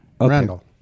Randall